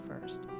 first